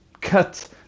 cut